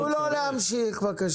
גבי, תנו לו להמשיך בבקשה.